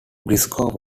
briscoe